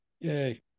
yay